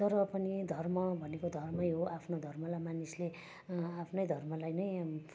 तर पनि धर्म भनेको धर्मै हो आफ्नो धर्मलाई मानिसले आफ्नै धर्मलाई नै